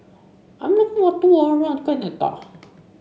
I'm looking for a tour around Canada